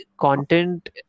content